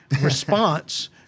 response